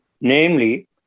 Namely